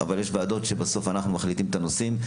אבל יש ועדות שבסוף אנחנו מחליטים את הנושאים,